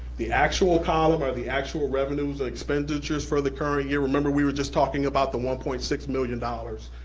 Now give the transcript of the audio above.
the actual column are the actual revenues and expenditures for the current year. remember, we were just talking about the one point six million dollars,